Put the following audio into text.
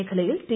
മേഖലയിൽ ടി